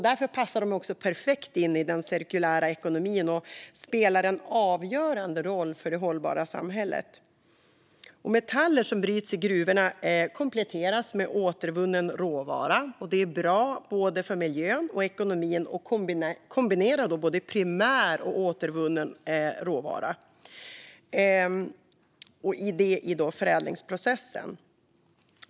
De passar därför perfekt in i den cirkulära ekonomin och spelar en avgörande roll för det hållbara samhället. Metaller som bryts i gruvorna kompletteras med återvunnen råvara. Det är bra för både miljön och ekonomin att kombinera primär och återvunnen råvara i förädlingsprocessen.